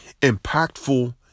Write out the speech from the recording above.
impactful